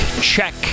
check